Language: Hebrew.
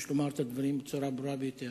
יש לומר את הדברים בצורה ברורה ביותר.